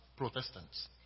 Protestants